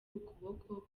ukuboko